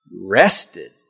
rested